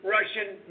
Russian